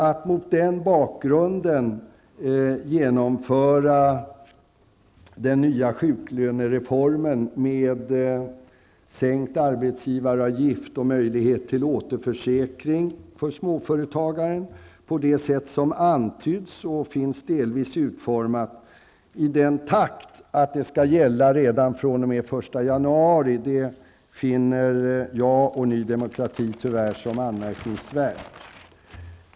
Att då genomföra den nya sjuklönereformen med sänkt arbetsgivaravgift och möjlighet till återförsäkring för småföretagen på det sätt som antytts och delvis utformats i den takt att sjuklönereformen skall genomföras redan den 1 januari, finner jag och Ny Demokrati tyvärr anmärkningsvärt.